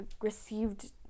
received